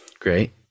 Great